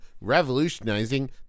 revolutionizing